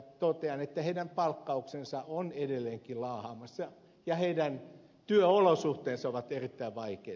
totean että heidän palkkauksensa on edelleenkin laahaamassa ja heidän työolosuhteensa ovat virittää vaikkei